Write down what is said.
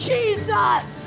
Jesus